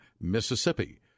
Mississippi